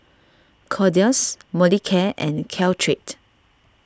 Kordel's Molicare and Caltrate